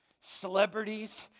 Celebrities